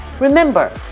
Remember